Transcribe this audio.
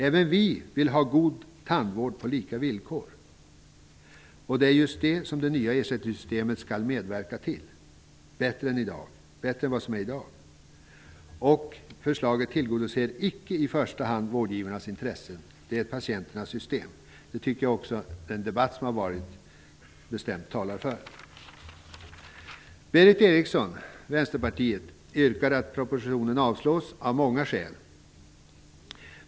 Även vi vill ha god tandvård på lika villkor, och det är just det som det nya ersättningssystemet bättre än i dag skall medverka till. Förslaget tillgodoser icke i första hand vårdgivarnas intressen, utan det är patienternas system. Jag tycker också att den debatt som har förts talar bestämt för detta. Berith Eriksson yrkade, av många skäl, att propositionen skall avslås.